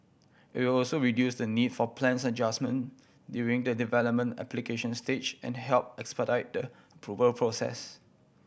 it will also reduce the need for plans adjustment during the development application stage and help expedite the approval process